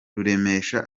ruremesha